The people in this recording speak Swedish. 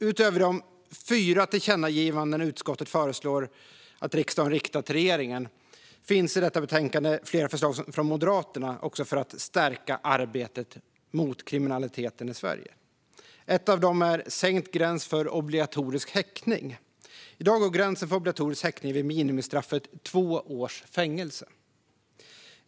Utöver de fyra tillkännagivanden som utskottet föreslår att riksdagen riktar till regeringen finns i detta betänkande flera förslag från Moderaterna för att stärka arbetet mot kriminaliteten i Sverige. Ett av dessa är sänkt gräns för obligatorisk häktning. I dag går gränsen för obligatorisk häktning vid minimistraffet två års fängelse.